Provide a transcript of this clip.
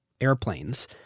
airplanes